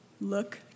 look